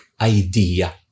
idea